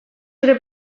zure